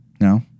No